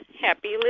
happy